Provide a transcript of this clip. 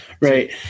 Right